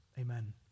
Amen